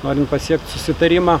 norint pasiekt susitarimą